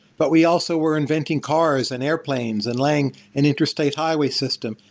but we also were inventing cards, and airplanes, and laying an interstate highway system,